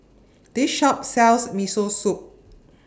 This Shop sells Miso Soup